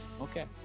Okay